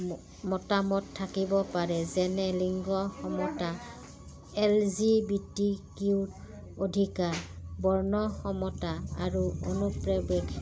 মতামত থাকিব পাৰে যেনে লিংগ সমতা L G B T Q অধিকাৰ বৰ্ণসমতা আৰু অনুপ্ৰৱেশ